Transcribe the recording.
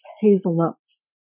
hazelnuts